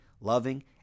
loving